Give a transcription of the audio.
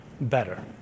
better